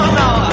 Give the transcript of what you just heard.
now